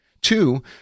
Two